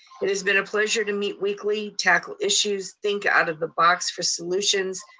it has been a pleasure to meet weekly, tackle issues, think out of the box for solutions,